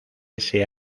ese